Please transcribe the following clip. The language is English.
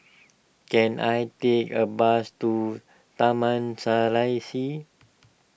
can I take a bus to Taman Serasi